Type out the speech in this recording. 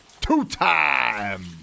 Two-time